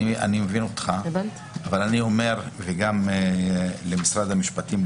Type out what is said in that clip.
אני מבין אותך אבל אני אומר גם למשרד המשפטים,